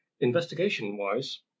Investigation-wise